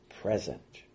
present